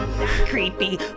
Creepy